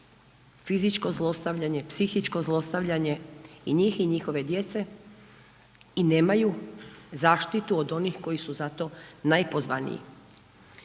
fizičko zlostavljanje, psihičko zlostavljanje i njih i njihove djece i nemaju zaštitu od onih koji su za to najpozvaniji.